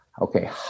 okay